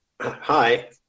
Hi